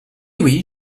oui